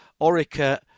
Orica